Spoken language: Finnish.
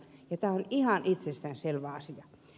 tämä on ihan itsestäänselvä asia